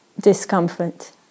discomfort